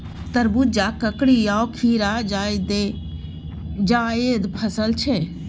तरबुजा, ककरी आ खीरा जाएद फसल छै